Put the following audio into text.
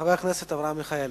חבר הכנסת אברהם מיכאלי,